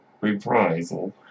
reprisal